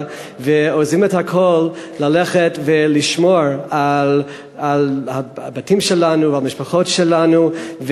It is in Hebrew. ועוזבים את הכול כדי ללכת לשמור על הבתים שלנו ועל המשפחות שלנו,